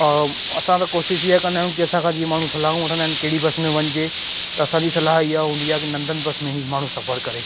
ऐं असां त कोशिशि इअ कंदा आहियूं की असांखा जीअं माण्हूं सलाहूं वठंदा आहिनि कहिड़ी बस में वञिजे त असांजी सलाहु ईअं हूंदी आहे की नंदन बस में ई माण्हूं सफ़र करे